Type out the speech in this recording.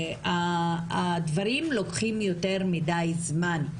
הדברים לוקחים יותר מדי זמן.